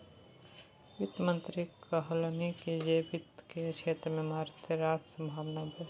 वित्त मंत्री कहलनि जे वित्त केर क्षेत्र मे मारिते रास संभाबना छै